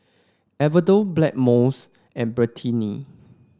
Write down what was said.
Enervon Blackmores and Betadine